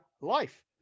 life